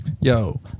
Yo